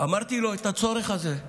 אמרתי לו את הצורך הזה.